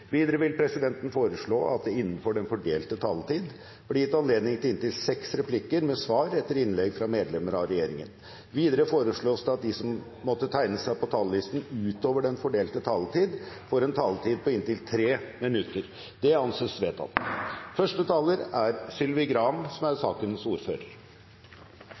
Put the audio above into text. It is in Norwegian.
Videre vil presidenten foreslå at det – innenfor den fordelte taletid – blir gitt anledning til inntil seks replikker med svar etter innlegg fra medlemmer av regjeringen. Videre foreslås det at de som måtte tegne seg på talerlisten utover den fordelte taletid, får en taletid på inntil 3 minutter. – Det anses vedtatt. Som